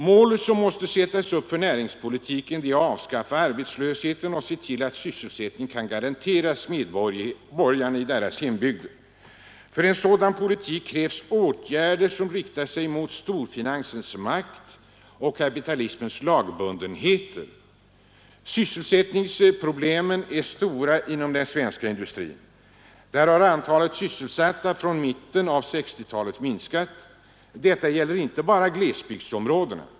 Mål som måste sättas upp för näringspolitiken är att avskaffa arbetslösheten och att se till att sysselsättning kan garanteras medborgarna i deras hembygder. För en sådan politik krävs åtgärder som riktar sig mot storfinansens makt och kapitalismens lagbundenheter. Sysselsättningsproblemen är stora inom den svenska industrin. Där har antalet sysselsatta från mitten av 1960-talet minskat. Detta gäller inte bara glesbygdsområdena.